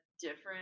different